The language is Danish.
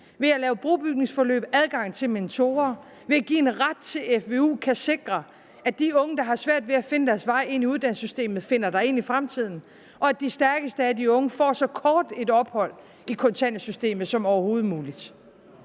ved at lave brobygningsforløb, adgang til mentorer, ved at give en ret til FVU kan sikre, at de unge, der har svært ved at finde deres vej ind i uddannelsessystemet, finder derind i fremtiden, og at de stærkeste af de unge får så kort et ophold i kontanthjælpssystemet som overhovedet muligt.